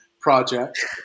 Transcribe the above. project